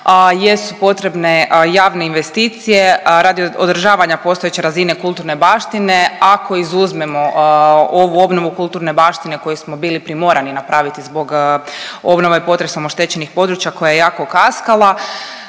jesu potrebne javne investicije, a radi održavanja postojeće razine kulturne baštine ako izuzmemo ovu obnovu kulturne baštine kojoj smo bili primorani napraviti zbog obnove potresom oštećenih područja koja je jako kaskala.